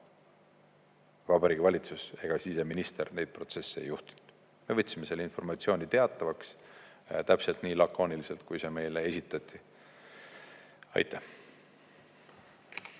Vabariigi Valitsus ega siseminister neid protsesse ei juhtinud. Me võtsime selle informatsiooni teadmiseks täpselt nii lakooniliselt, kui see meile esitati. Aitäh!